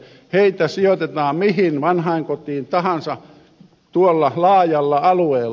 heitä sijoitetaan mihin vanhainkotiin tahansa tuolla laajalla alueella